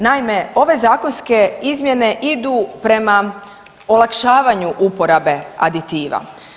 Naime, ove zakonske izmjene idu prema olakšavanju uporabe aditiva.